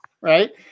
right